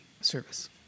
service